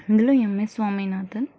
ఇందులో ఎమ్ఎస్ స్వామినాథన్